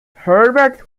herbert